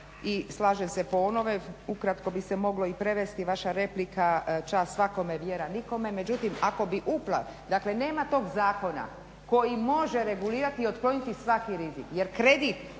i slažem se po onome ukratko bi se moglo i prevesti vaša replika "čast svakome vjera nikome". Međutim, ako bi …/Govornica se ne razumije./…, dakle nema tog zakona koji može regulirati i otkloniti svaki rizik jer kredit,